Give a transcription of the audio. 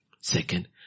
Second